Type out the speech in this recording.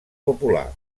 popular